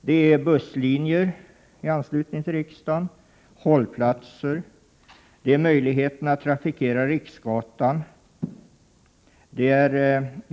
Vi har nämnt busslinjer i anslutning till riksdagen, hållplatser för bussar och möjligheten att trafikera Riksgatan.